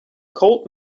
cold